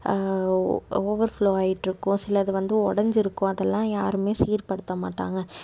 overflow ஆயிட்டிருக்கும் சிலது வந்து உடஞ்சிருக்கும் அதெல்லாம் யாரும் சீர்படுத்த மாட்டாங்க